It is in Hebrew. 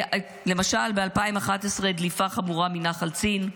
למשל, ב-2011 דליפה חמורה מנחל צין,